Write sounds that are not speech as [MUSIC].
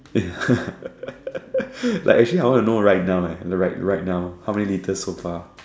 [LAUGHS] like actually I wanna know right now eh right right now how many litres so far